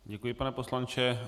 Děkuji, pane poslanče.